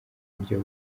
buryo